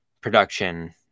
production